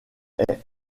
est